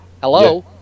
Hello